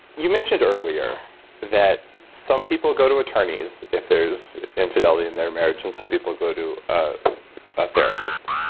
you mentioned earlier that some people go to attorneys if there's infidelity in their marriage and some people go to a ah therapist.